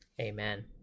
Amen